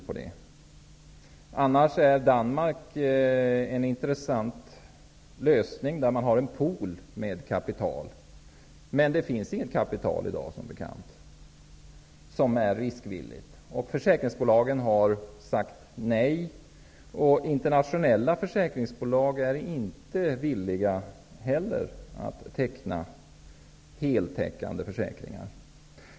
I Danmark har man en intressant lösning som innebär att man har en pool med kapital. Men i dag finns det som bekant inget riskvilligt kapital i Sverige. Försäkringsbolagen har sagt nej till en resegaranti. Internationella försäkringsbolag är inte heller villiga att teckna heltäckande försäkringar.